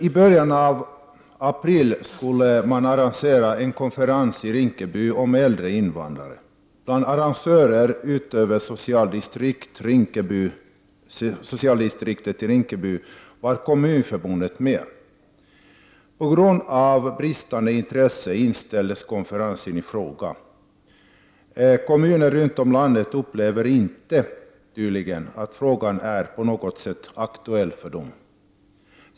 I början av april skulle man arrangera en konferens i Rinkeby om äldre invandrare. Bland arrangörerna var, förutom socialdistriktet i Rinkeby, Kommunförbundet. På grund av brist på intresse inställdes konferensen i fråga. Kommuner runt om i landet upplever tydligen inte att frågan på något sätt är aktuell för dem.